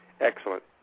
Excellent